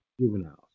Juveniles